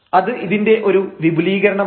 അത് ഇതിന്റെ ഒരു വിപുലീകരണമാണ്